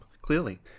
Clearly